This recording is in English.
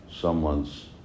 someone's